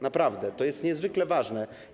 Naprawdę, to jest niezwykle ważne.